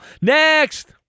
Next